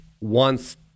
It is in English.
wants